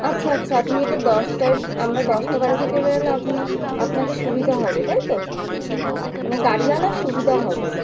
আচ্ছা আচ্ছা আপনি এটা দশটায় আমরা দশটা বাড়ি থেকে বেরোলে আপনি আপনাদের সুবিধা হবে তাই তো মানে গাড়িয়ালার সুবিধা হবে